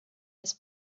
his